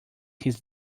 his